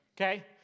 okay